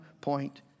point